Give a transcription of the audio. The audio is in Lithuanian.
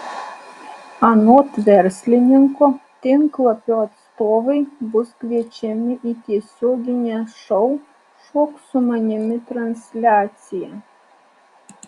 anot verslininko tinklapio atstovai bus kviečiami į tiesioginę šou šok su manimi transliaciją